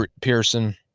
Pearson